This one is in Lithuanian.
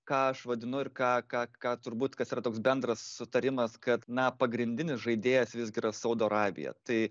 ką aš vadinu ir ką ką ką turbūt kas yra toks bendras sutarimas kad na pagrindinis žaidėjas visgi yra saudo arabija tai